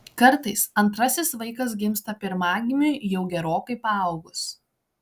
kartais antrasis vaikas gimsta pirmagimiui jau gerokai paaugus